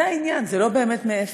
זה העניין, זה לא באמת מאפס: